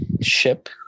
ship